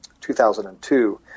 2002